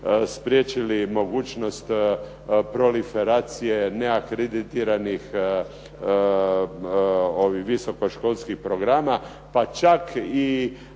spriječili mogućnost proliferacije neakreditiranih visokoškolskih programa, pa čak i